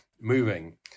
moving